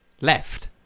Left